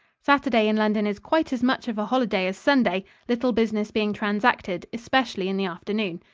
saturday in london is quite as much of a holiday as sunday, little business being transacted, especially in the afternoon.